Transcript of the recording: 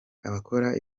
abakora